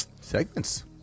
Segments